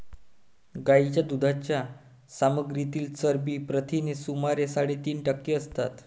गायीच्या दुधाच्या सामग्रीतील चरबी प्रथिने सुमारे साडेतीन टक्के असतात